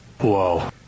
Whoa